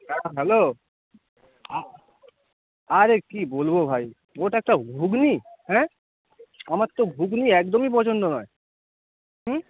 হ্যাঁ হ্যালো আরে কী বলবো ভাই ওটা একটা ঘুগনি হ্যাঁ আমার তো ঘুগনি একদমই পছন্দ নয় হুম